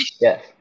Yes